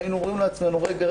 שהיינו אומרים לעצמנו: רגע,